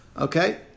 Okay